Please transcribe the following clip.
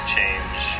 change